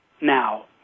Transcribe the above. now